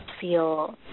feel